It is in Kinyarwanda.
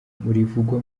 rivugwa